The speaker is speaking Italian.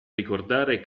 ricordare